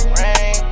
rain